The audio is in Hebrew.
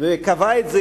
וקבע את זה,